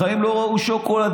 בחיים לא ראו שוקולד,